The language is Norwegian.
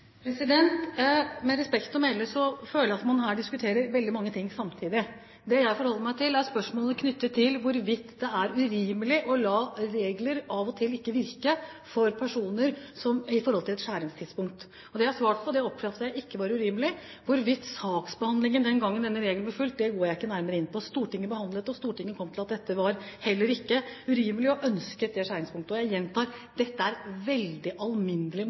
Med respekt å melde føler jeg at man her diskuterer veldig mange ting samtidig. Det jeg forholder meg til, er spørsmålet knyttet til hvorvidt det av og til er urimelig ikke å la regler virke for personer i forhold til et skjæringstidspunkt. Det har jeg svart på. Det oppfatter jeg ikke som urimelig. Hvordan saksbehandlingen var den gangen denne regelen ble fulgt, går jeg ikke nærmere inn på. Stortinget behandlet det, og Stortinget kom til at det heller ikke var urimelig og ønsket dette skjæringspunktet. Jeg gjentar: Dette er en veldig alminnelig